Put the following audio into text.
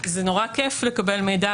זה נורא כיף לקבל מידע,